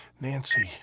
Nancy